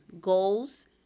goals